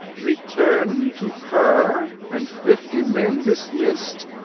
return to her, and fifty men dismiss'd?